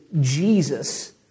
Jesus